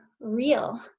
real